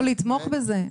לא לתמוך בזה.